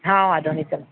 હા વાંધો નહીં ચાલો